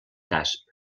casp